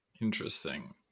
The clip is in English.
Interesting